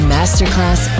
Masterclass